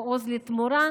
או עוז לתמורה,